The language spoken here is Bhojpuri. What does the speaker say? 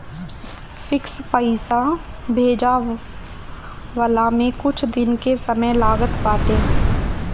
फिक्स पईसा भेजाववला में कुछ दिन के समय लागत बाटे